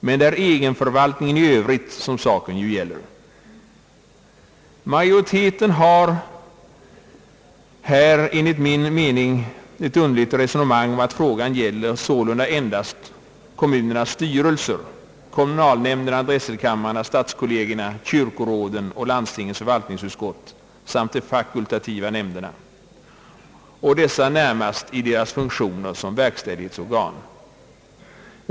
Men det är ju egenförvaltningen i övrigt som saken gäller. Majoriteten för här ett enligt min mening underligt nedvärderande resonemang om att frågan sålunda gäller endast kommunernas styrelser — kommunalnämnderna, drätselkamrarna, stadskollegierna, kyrkoråden och landstingens förvaltningsutskott — samt de fakultativa nämnderna, och dessa närmast i deras funktioner som verkställighetsorgan.